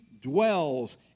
dwells